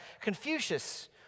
Confucius